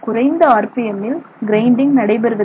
குறைந்த ஆர்பிஎம் ல் கிரைண்டிங் நடைபெறுவதில்லை